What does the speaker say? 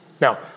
Now